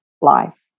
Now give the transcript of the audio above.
Life